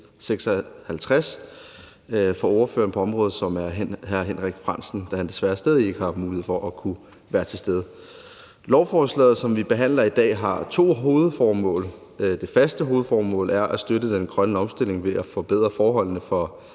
56 for ordføreren på området, som er hr. Henrik Frandsen, da han desværre stadig væk ikke har mulighed for at være til stede. Lovforslaget, som vi behandler i dag, har to hovedformål. Det første hovedformål er at støtte den grønne omstilling ved at forbedre forholdene for